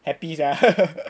happy sia